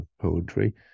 poetry